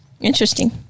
Interesting